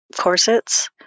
corsets